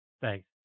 Thanks